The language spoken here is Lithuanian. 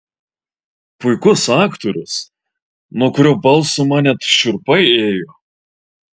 puikus aktorius nuo kurio balso man net šiurpai ėjo